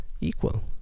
equal